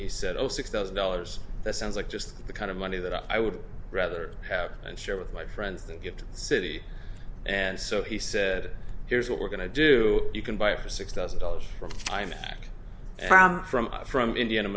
he said oh six thousand dollars that sounds like just the kind of money that i would rather have and share with my friends than give to the city and so he said here's what we're going to do you can buy it for six thousand dollars i'm back from from indiana